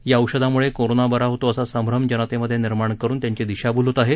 या औषधामुळे कोरोना बरा होतो असा संभ्रम जनतेमध्ये निर्माण करून त्यांची दिशाभूल होत आहे